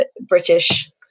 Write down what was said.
British